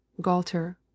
Galter